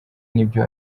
n’ibyo